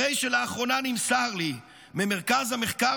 הרי שלאחרונה נמסר לי ממרכז המחקר